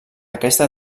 aquesta